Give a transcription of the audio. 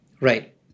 Right